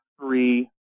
three